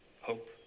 Hope